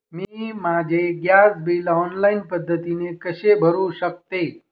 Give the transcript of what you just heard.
मी माझे gas bill online पद्धतीने कसे भरु शकते?